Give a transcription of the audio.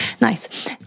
nice